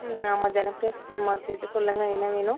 ம் ஆமாம் Janapriya super market சொல்லுங்கள் என்ன வேணும்